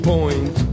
Point